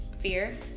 Fear